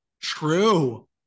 true